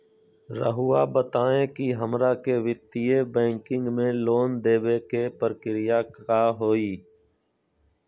रहुआ बताएं कि हमरा के वित्तीय बैंकिंग में लोन दे बे के प्रक्रिया का होई?